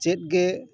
ᱪᱮᱫ ᱜᱮ